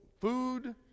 food